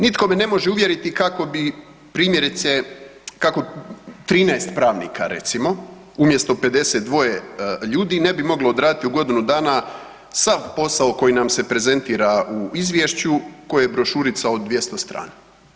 Nitko me ne može uvjeriti kako bi primjerice, kako 13 pravnika recimo umjesto 52 ljudi ne bi moglo odraditi u godinu dana sav posao koji nam se prezentira u izvješću koje je brošurica od 200 strana.